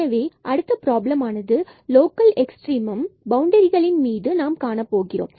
எனவே அடுத்த பிராபலமானது லோக்கல் எக்ஸ்ட்ரிமம் பவுண்டரிகளின் x2y21 மீது நாம் காணப்போகிறோம்